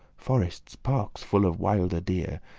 forestes, parkes, full of wilde deer.